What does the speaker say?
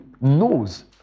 knows